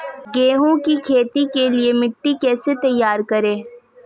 गेहूँ की खेती के लिए मिट्टी कैसे तैयार करें?